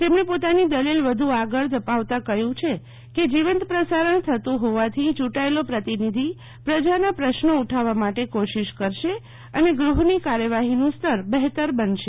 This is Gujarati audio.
તેમણે પોતાની દલીલ વધુ આગળ ધપાવતા કહ્યું છે કે જીવંત પ્રસારણ થતું હોવાથી યૂંટાયેલો પ્રતિનિધિ પ્રજા ના પ્રશ્નો ઉઠાવવા માટે કોશિશ કરશે અને ગૃહ ની કાર્યવાહી નું સ્તર બહેતર બનશે